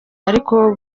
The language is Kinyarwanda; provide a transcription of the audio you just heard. ariko